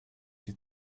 die